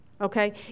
Okay